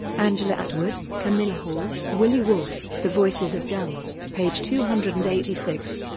angela atwood, camilla hall, willie wolfe the voices of guns, page two hundred and eighty six.